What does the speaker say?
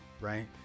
Right